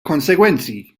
konsegwenzi